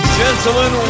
gentlemen